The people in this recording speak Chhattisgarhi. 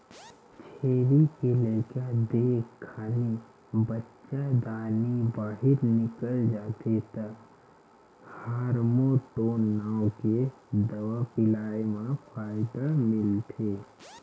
छेरी के लइका देय खानी बच्चादानी बाहिर निकल जाथे त हारमोटोन नांव के दवा पिलाए म फायदा मिलथे